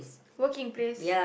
working place